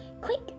Quick